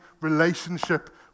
relationship